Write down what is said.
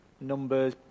numbers